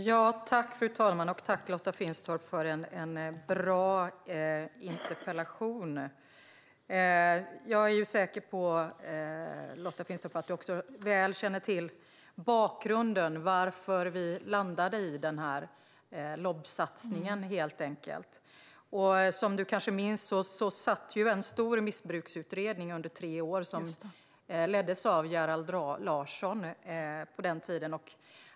Fru talman! Tack för en bra interpellation, Lotta Finstorp! Jag är säker på att du väl känner till bakgrunden till att vi landade i den här LOB-satsningen. Som du kanske minns satt ju en stor missbruksutredning under tre år, som leddes av Gerhard Larsson.